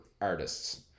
artists